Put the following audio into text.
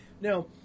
Now